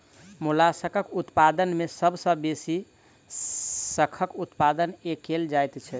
मोलास्कक उत्पादन मे सभ सॅ बेसी शंखक उत्पादन कएल जाइत छै